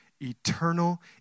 eternal